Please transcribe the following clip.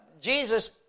Jesus